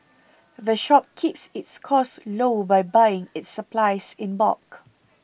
the shop keeps its costs low by buying its supplies in bulk